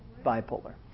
Bipolar